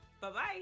Bye-bye